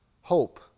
hope